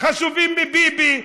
חשובים מביבי,